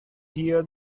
hear